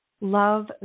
Love